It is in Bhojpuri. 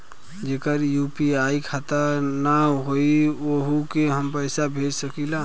जेकर यू.पी.आई खाता ना होई वोहू के हम पैसा भेज सकीला?